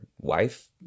wife